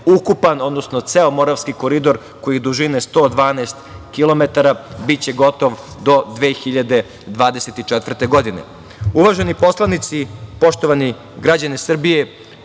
odnosno ceo Moravski koridor koji je dužine 112 kilometara, biće gotov do 2024. godine. Uvaženi poslanici, poštovani građani Srbije,